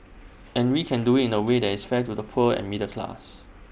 and we can do IT in A way that is fair to the poor and middle class